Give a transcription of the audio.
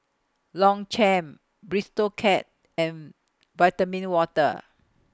Longchamp Bistro Cat and Vitamin Water